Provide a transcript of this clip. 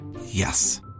Yes